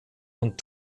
und